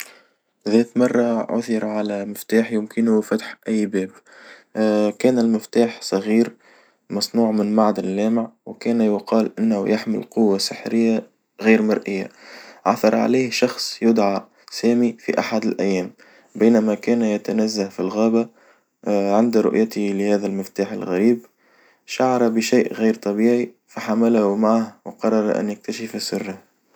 ذات مرة عثر على مفتاح يمكنه فتح أي باب، كان المفتاح صغير مصنوع من معدن لامع، وكان يقال إنه يحمل قوة سحرية غير مرئية، عثر عليه شخص يدعى سامي في أحد الأيام، بينما كان يتنزه في الغابة عند رؤيته لهذا المفتاح الغريب شعر بشيء غير طبيعي فحمله معه وقرر أن يكتشف سره.